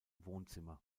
wohnzimmer